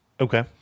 Okay